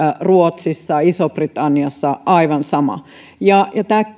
ruotsissa ja iso britanniassa aivan sama tämä